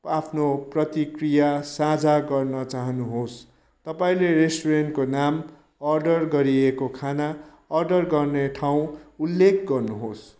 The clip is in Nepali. आफ्नो प्रतिक्रिया साझा गर्न चाहनुहोस् तपाईँँले रेस्टुरेन्टको नाम अर्डर गरिएको खाना अर्डर गर्ने ठाउँ उल्लेख गर्नुहोस्